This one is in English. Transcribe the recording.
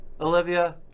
Olivia